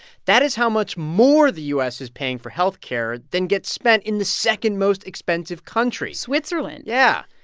that is how much more the u s. is paying for health care than gets spent in the second-most-expensive country switzerland yeah.